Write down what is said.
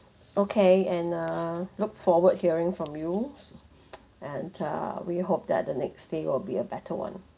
okay and ah look forward hearing from you and uh we hope that the next day will be a better [one]